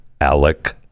Alec